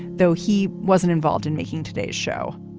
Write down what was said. though he wasn't involved in making today's show,